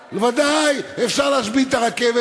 ודאי, אפשר להשבית את הרכבת.